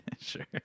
sure